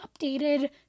updated